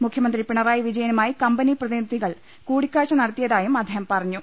മുഖ്യമന്ത്രി പിണറായി വിജയനു മായി കമ്പനി പ്രതിനിധികൾ കൂടിക്കാഴ്ച നടത്തിയതായും അദ്ദേഹം പറഞ്ഞു